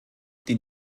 die